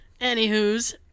Anywho's